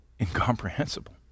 incomprehensible